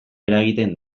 eragiten